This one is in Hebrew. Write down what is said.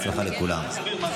בהצלחה לכולם.